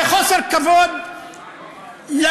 זה חוסר כבוד למשטר.